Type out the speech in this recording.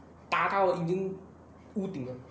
达到已经屋顶了